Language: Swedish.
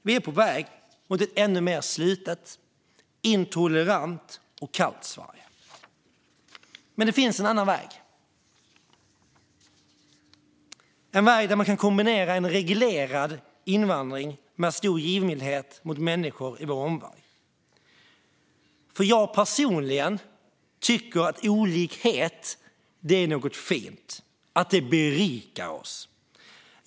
Vi är på väg mot ett ännu mer slutet, intolerant och kallt Sverige. Men det finns en annan väg, en väg där man kan kombinera en reglerad invandring med en stor givmildhet mot människor i vår omvärld. Jag personligen tycker att olikhet är någonting fint och att det berikar oss.